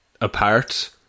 ...apart